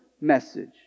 message